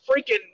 freaking